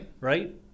right